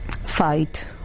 fight